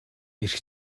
эрх